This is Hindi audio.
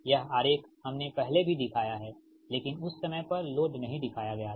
यह आरेख हमने पहले भी दिखाया है लेकिन उस समय पर लोड नहीं दिखाया गया था